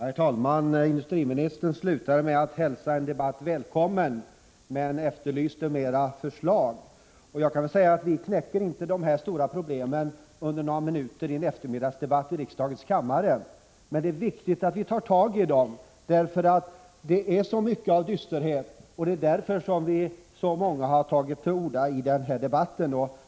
Herr talman! Industriministern slutade med att välkomna en debatt och efterlyste fler förslag. Vi löser inte de här stora problemen på några minuter i en eftermiddagsdebatt i riksdagens kammare. Men det är viktigt att vi tar tag i dem; det är så mycket av dysterhet — det är därför som många har tagit till orda i den här debatten.